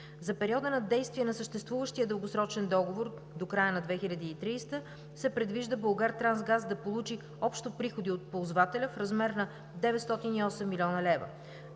За периода на действие на съществуващия дългосрочен договор до края на 2030 г. се предвижда „Булгартрансгаз“ да получи общо приходи от ползвателя в размер на 908 млн. лв.